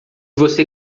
você